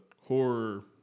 horror